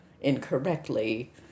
incorrectly